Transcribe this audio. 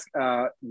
ask